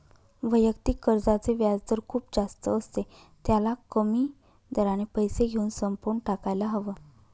वैयक्तिक कर्जाचे व्याजदर खूप जास्त असते, त्याला कमी दराने पैसे घेऊन संपवून टाकायला हव